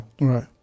right